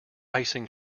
icing